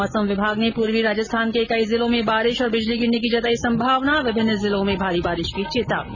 मौसम विभाग ने पूर्वी राजस्थान के कई जिलों में बारिश और बिजली गिरने की जताई संभावना विभिन्न जिलों में भारी बारिश की चेतावनी